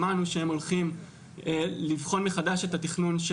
שמענו שהם הולכים לבחון מחדש את התכנון של